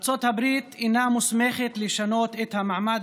ארצות הברית אינה מוסמכת לשנות את המעמד